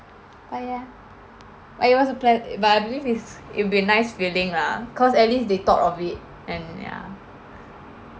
oh ya but it was a plea~ it but I believe it's it be a nice feeling lah cause at least they thought of it and ya